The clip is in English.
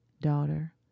Daughter